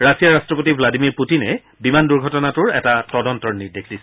ৰাছিয়াৰ ৰাট্টপতি ভ্লাদিমিৰ পুটিনে বিমান দুৰ্ঘটনাটোৰ এটা তদন্তৰ নিৰ্দেশ দিছে